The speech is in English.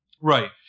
right